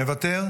מוותר?